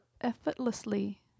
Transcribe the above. effortlessly